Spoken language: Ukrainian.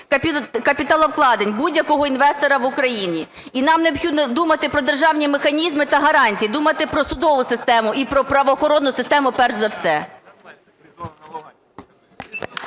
капіталовкладень будь-якого інвестора в Україні. І нам необхідно думати про державні механізми та гарантії, думати про судову систему, і про правоохоронну систему перш за все.